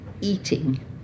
eating